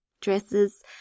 dresses